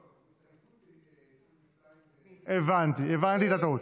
להסתייגות 22. הבנתי את הטעות.